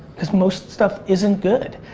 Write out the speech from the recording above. cause most stuff isn't good,